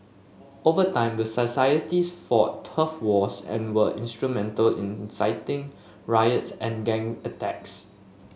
over time the societies fought turf wars and were instrumental in inciting riots and gang attacks